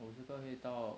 五十个可以到